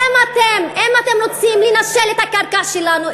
אם אתם רוצים לנשל את הקרקע שלנו,